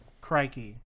Crikey